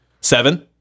Seven